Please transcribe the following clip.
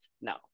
no